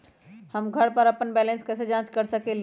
हम घर पर अपन बैलेंस कैसे जाँच कर सकेली?